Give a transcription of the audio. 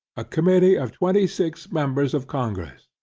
a committee of twenty-six members of congress,